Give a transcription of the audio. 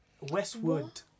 Westwood